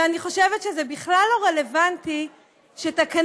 אני חושבת שזה בכלל לא רלוונטי שתקנון